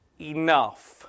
enough